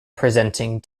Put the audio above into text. presenting